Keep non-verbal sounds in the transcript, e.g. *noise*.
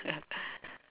*laughs*